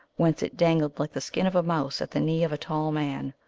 whence it dangled like the skin of a mouse at the knee of a tall man.